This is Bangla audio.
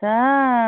হ্যাঁ